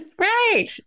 Right